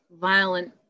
violent